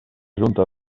junta